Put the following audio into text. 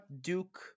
Duke